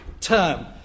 term